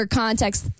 context